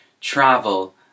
travel